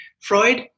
Freud